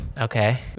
Okay